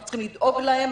אנחנו צריכים לדאוג להם.